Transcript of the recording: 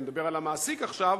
אני מדבר על המעסיק עכשיו,